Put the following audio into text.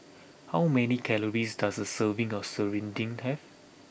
how many calories does a serving of Serunding have